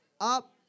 up